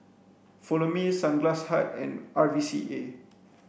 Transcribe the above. follow me Sunglass Hut and R V C A